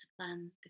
plan